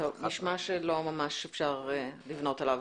נשמע שלא ממש אפשר לבנות עליו.